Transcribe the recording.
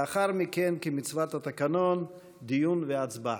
לאחר מכן, כמצוות התקנון, דיון והצבעה.